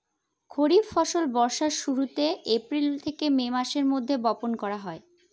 খরিফ ফসল বর্ষার শুরুতে, এপ্রিল থেকে মে মাসের মধ্যে, বপন করা হয়